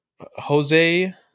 Jose